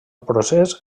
procés